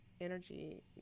energy